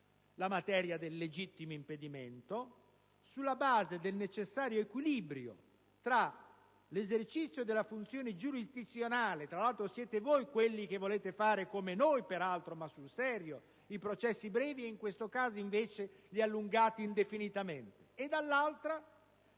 la materia del legittimo impedimento. In questa materia è necessario mantenere l'equilibrio tra l'esercizio della funzione giurisdizionale - tra l'altro siete voi quelli che volete fare, come noi, peraltro, ma sul serio, i processi brevi e in questo caso invece li allungate indefinitamente - e l'interesse